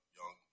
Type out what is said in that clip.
young